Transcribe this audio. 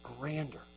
grander